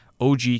OG